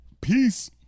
Peace